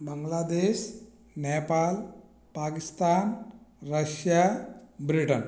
Bangladesh Nepal Pakistan Russia Britain